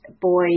Boy